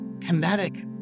kinetic